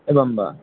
एवं वा